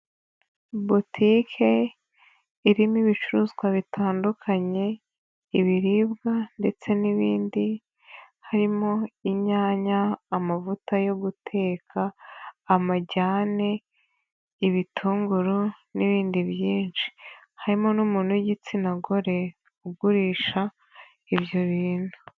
Butike irimo ibicuruzwa bitandukanye, ibiribwa ndetse n'ibindi harimo inyanya, amavuta yo guteka, amajyane ,ibitunguru n'ibindi byinshi harimo n'umuntu w'igitsina gore ugurisha ibyo bintu.